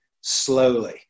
slowly